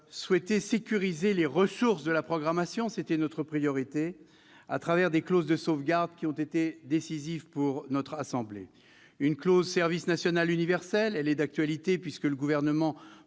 souhaité sécuriser les ressources de la programmation- c'était notre priorité -à travers des « clauses de sauvegarde » qui ont été décisives pour notre assemblée. Une clause « service national universel », tout d'abord. Et le SNU est d'actualité, puisque le Gouvernement